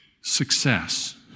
success